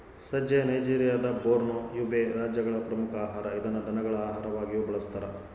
ಸಜ್ಜೆ ನೈಜೆರಿಯಾದ Borno, Yobe ರಾಜ್ಯಗಳ ಪ್ರಮುಖ ಆಹಾರ ಇದನ್ನು ದನಗಳ ಆಹಾರವಾಗಿಯೂ ಬಳಸ್ತಾರ